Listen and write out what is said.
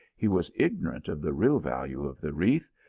he was ignorant of the real value of the wreath,